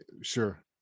Sure